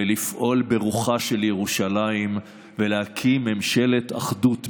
לפעול ברוחה של ירושלים ולהקים ממשלת אחדות בישראל,